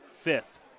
fifth